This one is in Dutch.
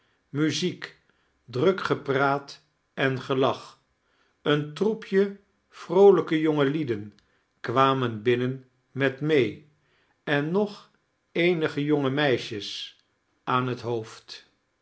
muziek druk gepraat en gelach een troepje vroolijke jongelieden kwamen binnen met may en nog eenige jonge meisjes aan het hoofd